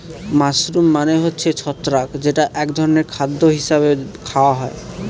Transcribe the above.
mushroom মানে হচ্ছে ছত্রাক যেটা এক ধরনের খাদ্য হিসাবে খাওয়া হয়